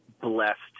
blessed